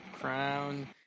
crown